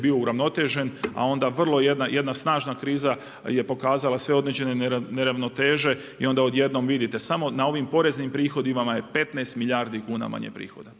bio uravnotežen a onda vrlo jedna snažna kriza je pokazala sve određene neravnoteže i onda odjednom vidite, samo na ovim poreznim prihodima je 15 milijardi kuna manje prihoda.